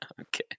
Okay